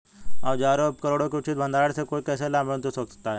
औजारों और उपकरणों के उचित भंडारण से कोई कैसे लाभान्वित हो सकता है?